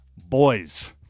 Boys